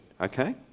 okay